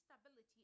stability